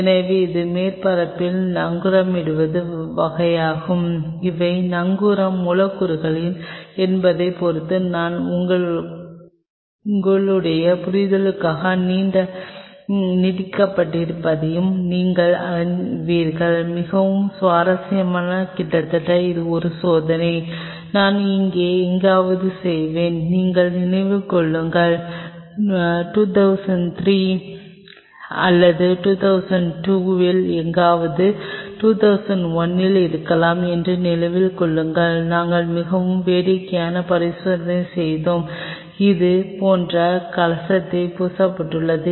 எனவே இது மேற்பரப்பில் நங்கூரமிடும் வகையாகும் இவை நங்கூரம் மூலக்கூறுகள் என்பதைப் பொறுத்து நான் உங்களுடைய புரிதலுக்காக நீட்டிக்கப்பட்டிருப்பதை நீங்கள் அறிவீர்கள் மிகவும் சுவாரஸ்யமாக கிட்டத்தட்ட இது ஒரு சோதனை நான் இங்கே எங்காவது செய்தேன் நீங்கள் நினைவில் வைத்திருந்தால் 2003 அல்லது 2002 இல் எங்காவது 2001 ல் இருக்கலாம் என்று நினைவில் கொள்கிறோம் நாங்கள் மிகவும் வேடிக்கையான பரிசோதனை செய்தோம் இது இது போன்ற கலத்தை பூசப்பட்டுள்ளது